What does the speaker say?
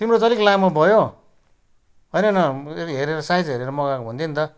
तिम्रो चाहिँ अलिक लामो भयो होइन होइन हेरेर साइज हेरेर मगाएको भए हुन्थ्यो नि त